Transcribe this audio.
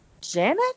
Janet